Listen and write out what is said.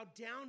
down